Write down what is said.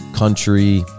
country